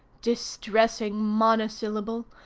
distressing monosyllable!